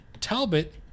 Talbot